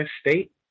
state